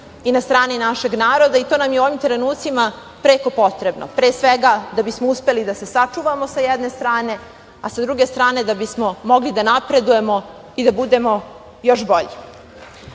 i na strani našeg naroda i to nam je u ovim trenucima preko potrebno pre svega da bismo uspeli da se sačuvamo sa jedne strane, a sa druge strane da bismo mogli da napredujemo i da budemo još bolji.